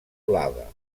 blava